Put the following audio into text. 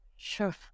Sure